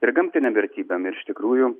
ir gamtinėm vertybėm ir iš tikrųjų